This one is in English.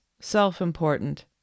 self-important